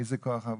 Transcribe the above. מי אלה כוח העבודה?